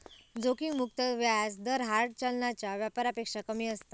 जोखिम मुक्त व्याज दर हार्ड चलनाच्या व्यापारापेक्षा कमी असता